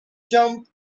jump